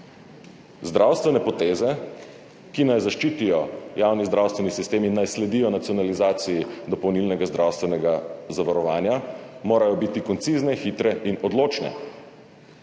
Zdravstvene poteze, ki naj zaščitijo javni zdravstveni sistem in naj sledijo nacionalizaciji dopolnilnega zdravstvenega zavarovanja, morajo biti koncizne, hitre in odločne.